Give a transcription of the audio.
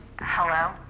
Hello